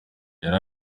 yari